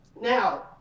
now